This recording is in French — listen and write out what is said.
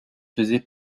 faisait